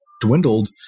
dwindled